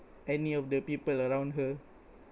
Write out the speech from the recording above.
any of the people around her